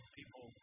people